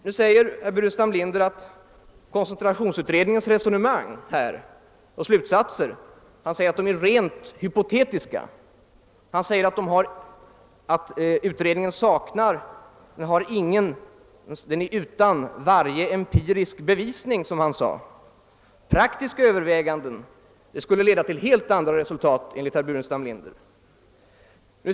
Nu säger herr Burenstam Linder att koncentrationsutredningens resonemang och slutsatser är rent hypotetiska och saknar varje empirisk bevisning. Praktiska överväganden skulle leda till helt andra resultat enligt herr Burenstam Linder.